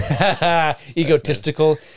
egotistical